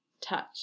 touch